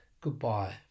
goodbye